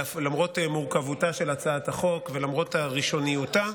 למרות מורכבותה של הצעת החוק ולמרות ראשוניותה,